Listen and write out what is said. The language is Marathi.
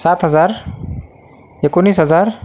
सात हजार एकोणीस हजार